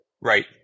right